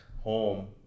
home